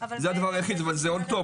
זה הדבר היחיד אבל זה עוד טוב,